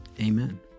Amen